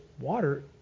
water